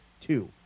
two